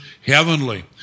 heavenly